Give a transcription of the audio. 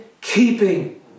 keeping